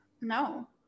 No